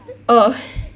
oh